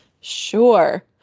Sure